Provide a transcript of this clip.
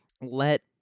let